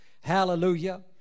Hallelujah